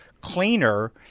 cleaner